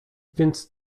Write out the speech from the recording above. więc